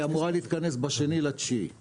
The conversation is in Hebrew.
היא אמורה להתכנס ב-2.9.